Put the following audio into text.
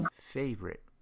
favorite